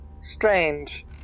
Strange